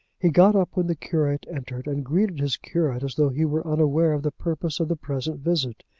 he got up when the curate entered, and greeted his curate, as though he were unaware of the purpose of the present visit.